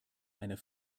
ihrer